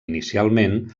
inicialment